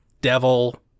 Devil